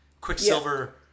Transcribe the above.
Quicksilver –